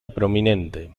prominente